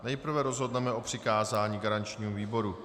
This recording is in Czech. Nejprve rozhodneme o přikázání garančnímu výboru.